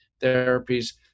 therapies